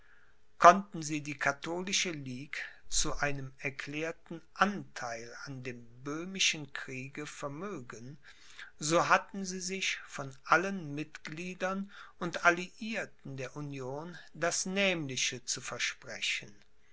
konnten sie die katholische ligue zu einem erklärten anteil an dem böhmischen kriege vermögen so hatten sie sich von allen mitgliedern und alliierten der union das nämliche zu versprechen